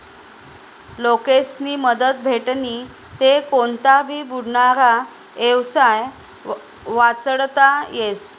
लोकेस्नी मदत भेटनी ते कोनता भी बुडनारा येवसाय वाचडता येस